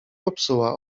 popsuła